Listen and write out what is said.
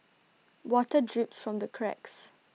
water drips from the cracks